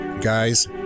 Guys